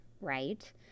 right